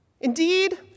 Indeed